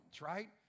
right